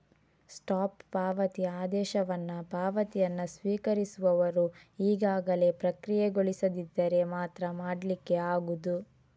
stop ಪಾವತಿ ಆದೇಶವನ್ನ ಪಾವತಿಯನ್ನ ಸ್ವೀಕರಿಸುವವರು ಈಗಾಗಲೇ ಪ್ರಕ್ರಿಯೆಗೊಳಿಸದಿದ್ದರೆ ಮಾತ್ರ ಮಾಡ್ಲಿಕ್ಕೆ ಆಗುದು